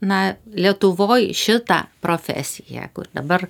na lietuvoj šitą profesiją kur dabar